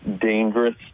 dangerous